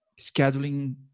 scheduling